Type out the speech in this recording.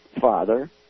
father